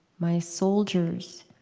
my soldiers,